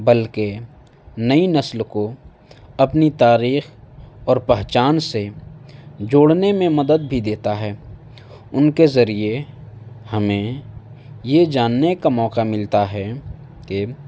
بلکہ نئی نسل کو اپنی تاریخ اور پہچان سے جوڑنے میں مدد بھی دیتا ہے ان کے ذریعے ہمیں یہ جاننے کا موقع ملتا ہے کہ